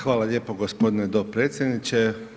Hvala lijepo gospodine dopredsjedniče.